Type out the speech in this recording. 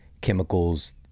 chemicals